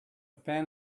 pen